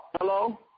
Hello